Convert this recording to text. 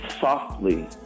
softly